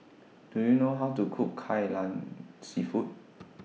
Do YOU know How to Cook Kai Lan Seafood